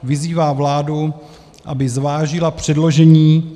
Vyzývá vládu, aby zvážila předložení